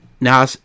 Now